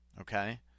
Okay